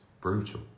brutal